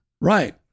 right